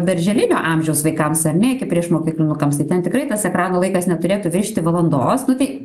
darželinio amžiaus vaikams ar ne iki priešmokyklinukams ir ten tikrai tas ekrano laikas neturėtų viršyti valandos nu tai